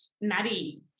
Maddie